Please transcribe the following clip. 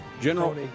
General